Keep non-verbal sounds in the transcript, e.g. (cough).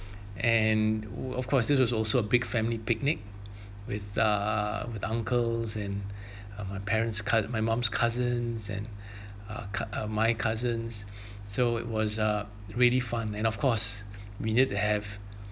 (breath) and oo of course this was also a big family picnic (breath) with uh with uncles and (breath) uh my parent's cou~ my mum's cousins and (breath) uh cou~ my cousins (breath) so it was uh really fun and of course (breath) we need to have